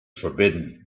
forbidden